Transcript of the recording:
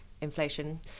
inflation